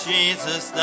Jesus